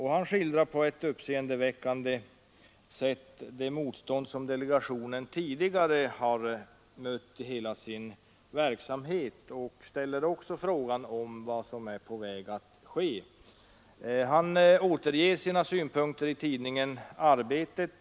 Han skildrar på ett uppseendeväckande sätt det motstånd som delegationen tidigare har mött i hela sin verksamhet och ställer också frågan om vad som är på väg att ske. Han återger sina synpunkter i tidningen Arbetet.